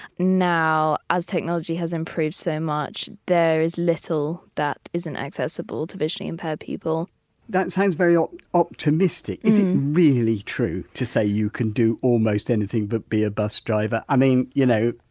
now, as technology has improved so much, there is little that isn't accessible to visually impaired people that sounds very um optimistic. is it really true to say you can do almost anything but be a bus driver? i mean, you know,